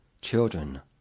children